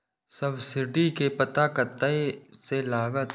Subsidy के पता कतय से लागत?